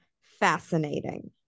fascinating